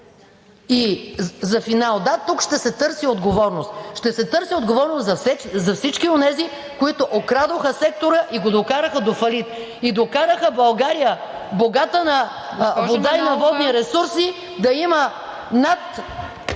И за финал – да, тук ще се търси отговорност. Ще се търси отговорност на всички онези, които окрадоха сектора и го докараха до фалит и докараха България, богата на вода и на водни ресурси… ПРЕДСЕДАТЕЛ